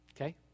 okay